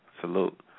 Salute